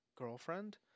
girlfriend